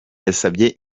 yasabye